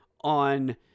on